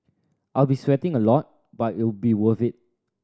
I'll be sweating a lot but it'll be worth it